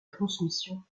transmission